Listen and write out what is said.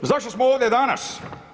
Zašto smo ovde danas?